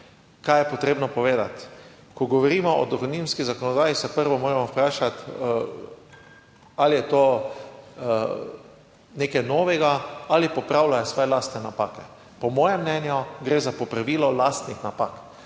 Kaj je potrebno povedati, ko govorimo o dohodninski zakonodaji se prvo moramo vprašati ali je to nekaj novega ali popravljajo svoje lastne napake. Po mojem mnenju gre za popravilo lastnih napak,